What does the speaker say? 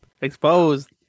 Exposed